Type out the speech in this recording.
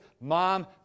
Mom